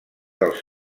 dels